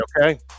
okay